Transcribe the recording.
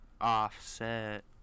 Offset